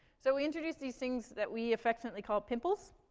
so we introduced these things that we affectionately call pimples,